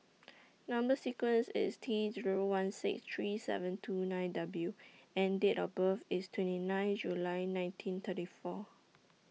Number sequence IS T Zero one six three seven two nine W and Date of birth IS twenty nine July nineteen thirty four